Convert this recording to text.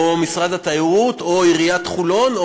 או משרד התיירות או עיריית חולון,